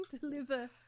deliver